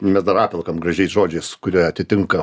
mes dar apvelkam gražiais žodžiais kurie atitinka